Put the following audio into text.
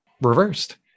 reversed